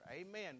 Amen